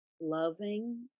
loving